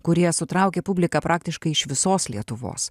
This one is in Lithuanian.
kurie sutraukia publiką praktiškai iš visos lietuvos